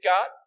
God